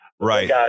Right